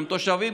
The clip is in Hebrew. הם תושבים,